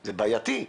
זה בעייתי.